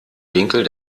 winkel